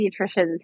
pediatricians